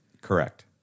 Correct